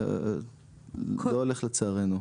לא הולך לצערנו.